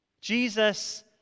Jesus